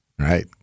Right